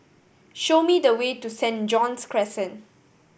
show me the way to St John's Crescent